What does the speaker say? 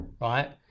right